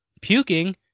puking